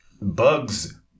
bugs